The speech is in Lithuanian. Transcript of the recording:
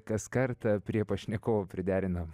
kas kartą prie pašnekovo priderinam